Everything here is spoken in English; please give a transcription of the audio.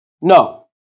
no